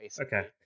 Okay